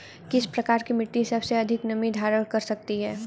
किस प्रकार की मिट्टी सबसे अधिक नमी धारण कर सकती है?